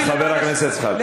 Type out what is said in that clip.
חבר הכנסת זחאלקה,